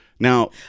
Now